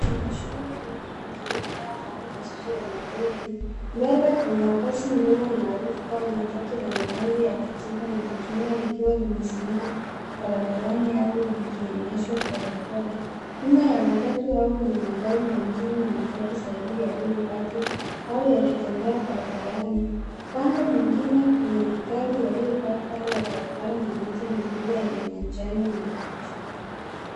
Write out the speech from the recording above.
Jiji Mbele lenye shughuli nyingi linalofanana na jiji ya Nairobi , mbele kuna basi ndogo maarufu kama matatu lenye rangi ya kijivu na machungwa likiwa limesimama barabarani au likiendeshwa polepole ,nyuma ya matatu au kuna magari mengine na matatu zaidi yaliyopaki au yakitembea barabarani ,upande mwingine kuna magari yaliyopaki kando ya barabara na miti mikubwa yenye majani mabichi.